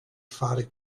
fare